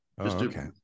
Okay